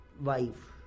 wife